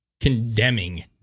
condemning